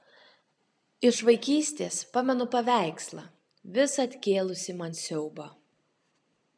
iš vaikystės pamenu paveikslą visad kėlusį man siaubą